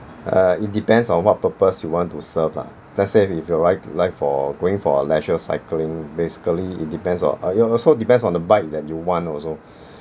uh it depends on what purpose you want to serve lah let's say if you like you like for going for leisure cycling basically it depends on uh you also depends on the bike that you want also